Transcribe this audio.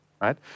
right